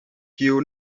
kiu